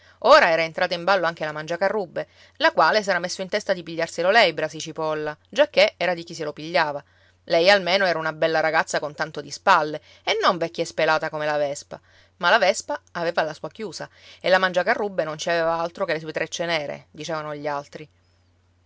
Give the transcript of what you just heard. ora era entrata in ballo anche la mangiacarrubbe la quale s'era messo in testa di pigliarselo lei brasi cipolla giacché era di chi se lo pigliava lei almeno era una bella ragazza con tanto di spalle e non vecchia e spelata come la vespa ma la vespa aveva la sua chiusa e la mangiacarrubbe non ci aveva altro che le sue trecce nere dicevano gli altri